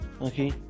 Okay